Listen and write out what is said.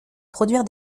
produire